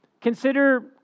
Consider